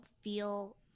feel